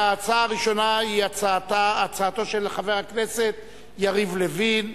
וההצעה הראשונה היא הצעתו של חבר הכנסת יריב לוין,